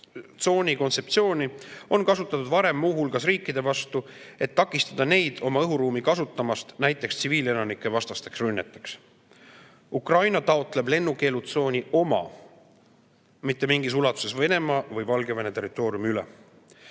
kontseptsiooni on kasutatud varem muu hulgas riikide vastu, et takistada neid oma õhuruumi kasutamast näiteks tsiviilelanikevastasteks rünneteks. Ukraina taotleb lennukeelutsooni oma, mitte mingis ulatuses Venemaa või Valgevene territooriumi üle.